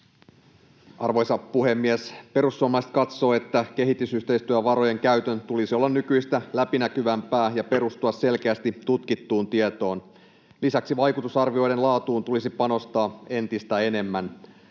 Arvoisa puhemies! Perussuomalaiset katsovat, että kehitysyhteistyövarojen käytön tulisi olla nykyistä läpinäkyvämpää ja perustua selkeästi tutkittuun tietoon. Lisäksi vaikutusarvioiden laatuun tulisi panostaa entistä enemmän.